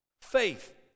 Faith